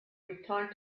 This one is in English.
returned